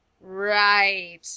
Right